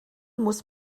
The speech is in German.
muss